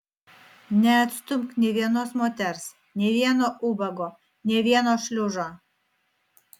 neatstumk nė vienos moters nė vieno ubago nė vieno šliužo